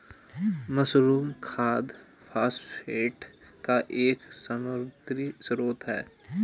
mushroom खाद phosphate का एक समृद्ध स्रोत है